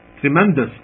tremendous